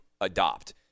adopt